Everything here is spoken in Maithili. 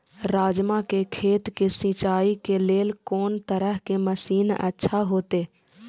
राजमा के खेत के सिंचाई के लेल कोन तरह के मशीन अच्छा होते?